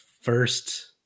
first